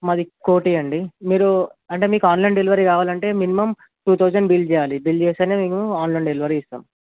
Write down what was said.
మాది కోటి అండి మీరు అంటే మీకు ఆన్లైన్ డెలివరీ కావాలంటే మినిమం టూ థౌసండ్ బిల్ చేయాలి బిల్ చేస్తే మీకు ఆన్లైన్ డెలివరీ ఇస్తాం